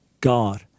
God